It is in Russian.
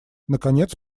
наконец